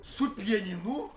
su pianinu